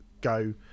go